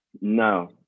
No